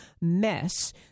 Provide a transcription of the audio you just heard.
mess